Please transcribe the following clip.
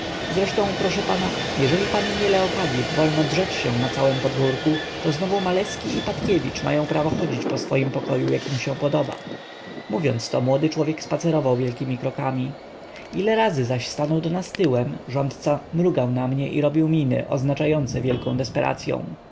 zresztą proszę pana jeżeli pannie leokadyi wolno drzeć się na całem podwórku to znowu maleski i patkiewicz mają prawo chodzić po swoim pokoju jak im się podoba mówiąc to młody człowiek spacerował wielkiemi krokami ile razy zaś stanął do nas tyłem rządca mrugał na mnie i robił miny oznaczające wielką